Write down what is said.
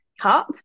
cut